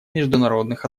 международных